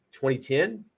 2010